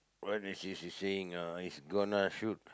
what is saying ah is gonna shoot